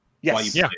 Yes